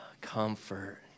comfort